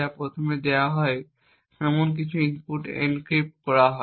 যা প্রথমে দেওয়া হয় এমন কোনও ইনপুট এনক্রিপ্ট করা হয়